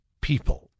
people